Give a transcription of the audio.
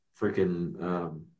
freaking –